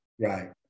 Right